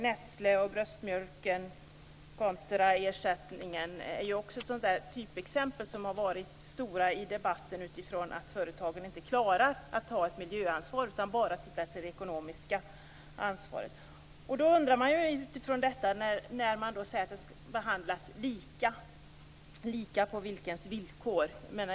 Nestlé och bröstmjölken kontra ersättningen är också ett typexempel som ofta har debatterats från utgångspunkten att företagen inte klarar att ta ett miljöansvar utan bara ser till det ekonomiska ansvaret. När man då säger att alla skall behandlas lika undrar jag: På vilkas villkor?